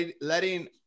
letting